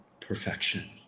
perfection